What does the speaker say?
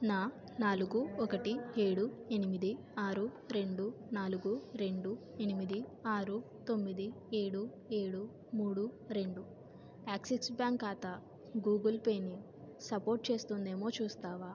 నా నాలుగు ఒకటి ఏడు ఎనిమిది ఆరు రెండు నాలుగు రెండు ఎనిమిది ఆరు తొమ్మిది ఏడు ఏడు మూడు రెండు యాక్సిస్ బ్యాంక్ ఖాతా గూగుల్ పేని సపోర్టు చేస్తుందేమో చూస్తావా